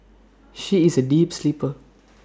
she is A deep sleeper